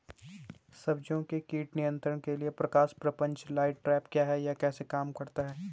सब्जियों के कीट नियंत्रण के लिए प्रकाश प्रपंच लाइट ट्रैप क्या है यह कैसे काम करता है?